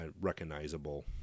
recognizable